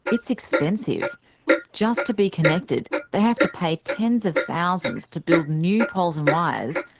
it's expensive just to be connected, they have to pay tens of thousands to build new poles and wires,